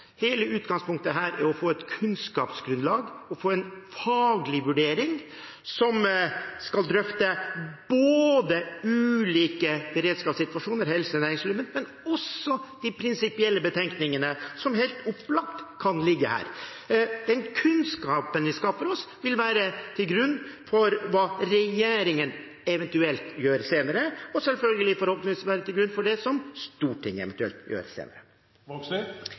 Hele utgangspunktet er å få et kunnskapsgrunnlag og en faglig vurdering som skal drøfte både ulike beredskapssituasjoner, som helse- og næringsmiddelberedskap, og de prinsipielle betenkningene som helt opplagt kan ligge her. Kunnskapen vi skaffer oss, vil ligge til grunn for hva regjeringen eventuelt gjør senere, og selvfølgelig forhåpentligvis for det Stortinget eventuelt gjør senere.